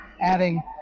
adding